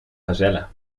gazelle